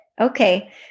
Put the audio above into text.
Okay